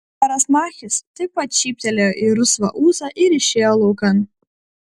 seras machis taip pat šyptelėjo į rusvą ūsą ir išėjo laukan